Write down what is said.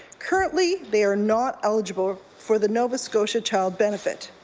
currently they are not eligible for the nova scotia child benefit.